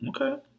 Okay